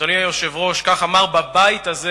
אדוני היושב-ראש, כך אמר בבית הזה